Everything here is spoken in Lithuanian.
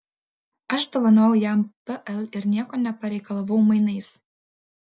aš dovanojau jam pl ir nieko nepareikalavau mainais